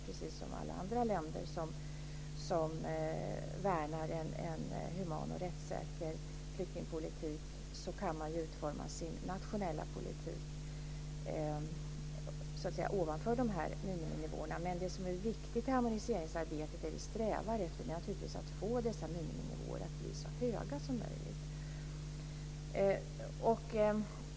Precis som alla andra länder som värnar en human och rättssäker flyktingpolitik kan man utforma sin nationella politik ovanför miniminivåerna. Det som vi strävar efter i harmoniseringsarbetet är att få dessa miniminivåer att bli så höga som möjligt.